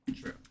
True